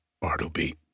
Bartleby